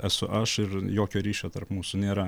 esu aš ir jokio ryšio tarp mūsų nėra